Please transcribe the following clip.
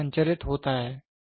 तो यह संचरित होता है